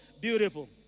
Beautiful